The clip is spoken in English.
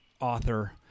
author